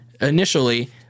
initially